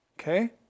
okay